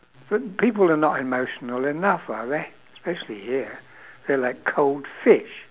th~ people are not emotional enough are they especially here they are like cold fish